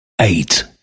eight